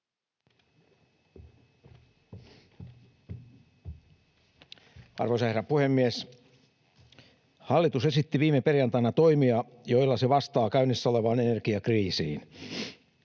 Arvoisa herra puhemies! Hallitus esitti viime perjantaina toimia, joilla se vastaa käynnissä olevaan energiakriisiin.